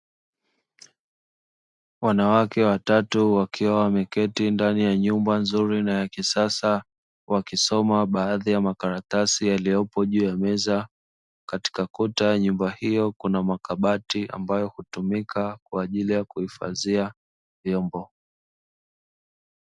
Wanawake watatu wakiwa wameketi ndani ya nyumba nzuri na ya kisasa wakisoma baadhi ya makaratasi yaliyopo juu ya meza, katika kuta ya nyumba hiyo kuna makabati ambayo hutumika kwa ajili ya kuhifadhia vyombo.